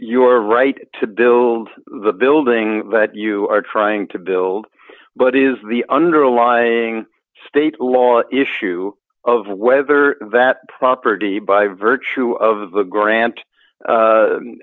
your right to build the building that you are trying to build but is the underlying state law issue of whether that property by virtue of the grant